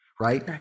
Right